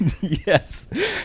yes